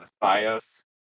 BIOS